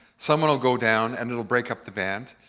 someone will go down, and it will break up the band.